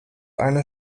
eine